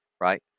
Right